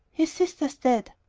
his sister's dead.